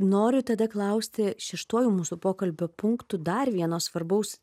noriu tada klausti šeštuoju mūsų pokalbio punktu dar vieno svarbaus